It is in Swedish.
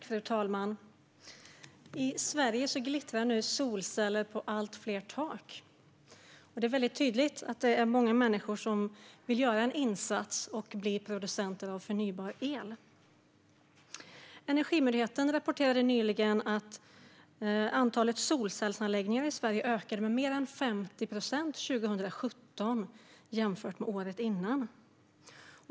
Fru talman! I Sverige glittrar solceller på allt fler tak. Det är tydligt att många människor vill göra en insats och bli producenter av förnybar el. Energimyndigheten rapporterade nyligen att antalet solcellsanläggningar i Sverige ökade med mer än 50 procent 2017.